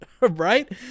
right